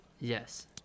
Yes